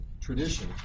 tradition